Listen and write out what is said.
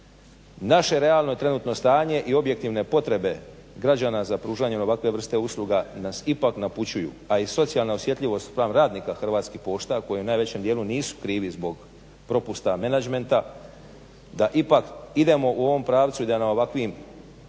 naše realno trenutno stanje i objektivne potrebe građana za pružanjem ovakve vrste usluga nas ipak napućuju, a i socijalna osjetljivost spram radnika Hrvatskih pošta koji u najvećem dijelu nisu krivi zbog propusta menadžmenta, da ipak idemo u ovom pravcu i da na ovakvim